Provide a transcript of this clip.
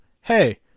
Hey